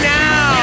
now